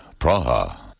Praha